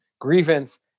grievance